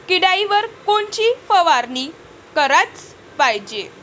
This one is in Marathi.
किड्याइवर कोनची फवारनी कराच पायजे?